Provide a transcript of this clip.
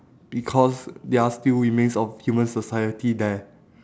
because there are still remains of human society there